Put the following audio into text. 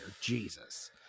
Jesus